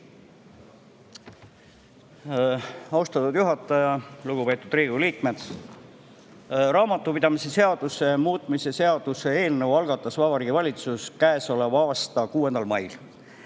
Austatud juhataja! Lugupeetud Riigikogu liikmed! Raamatupidamise seaduse muutmise seaduse eelnõu algatas Vabariigi Valitsus käesoleva aasta 6. mail.